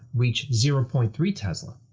reach zero point three tesla.